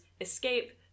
escape